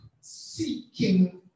seeking